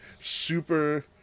Super